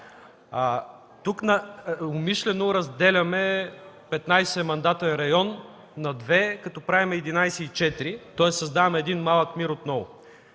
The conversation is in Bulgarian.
Тук умишлено разделяме 15-мандатен район на две, като правим 11 и 4, тоест създаваме един малък МИР отново.